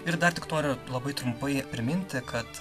ir dar tik noriu labai trumpai priminti kad